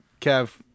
Kev